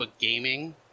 Gaming